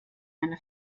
eine